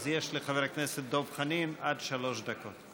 אז יש לחבר הכנסת דב חנין עד שלוש דקות.